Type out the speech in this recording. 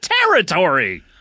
territory